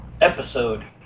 Episode